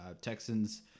Texans